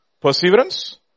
perseverance